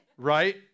right